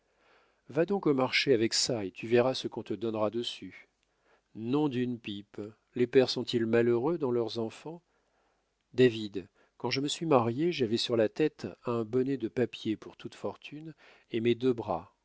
va donc au marché avec ça et tu verras ce qu'on te donnera dessus nom d'une pipe les pères sont-ils malheureux dans leurs enfants david quand je me suis marié j'avais sur la tête un bonnet de papier pour toute fortune et mes deux bras